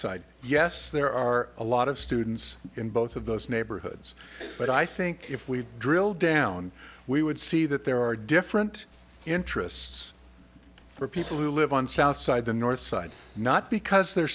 side yes there are a lot of students in both of those neighborhoods but i think if we drill down we would see that there are different interests for people who live on south side the north side not because the